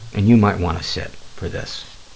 and you might want to sit for this,